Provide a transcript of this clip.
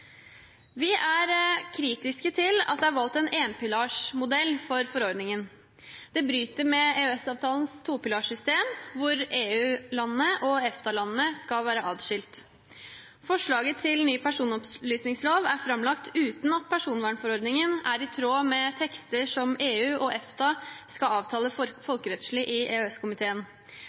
Vi er kritiske til at det er valgt en énpilarsmodell for forordningen. Det bryter med EØS-avtalens topilarsystem, der EU-landene og EFTA-landene skal være adskilt. Forslaget til ny personopplysningslov er framlagt uten at personvernforordningen er i tråd med tekster som EU og EFTA skal avtale folkerettslig i